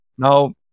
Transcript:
Now